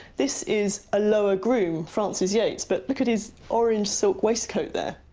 this is a lower groom, francis yates, but look at his orange silk waistcoat there.